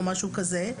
או משהו כזה.